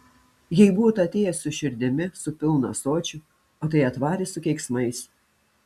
jei būtų atėjęs su širdimi su pilnu ąsočiu o tai atvarė su keiksmais